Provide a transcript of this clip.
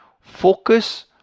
focus